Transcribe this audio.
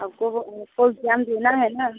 आपको वो वो इग्ज़ाम देना है ना